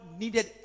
needed